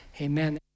amen